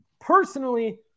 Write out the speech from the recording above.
Personally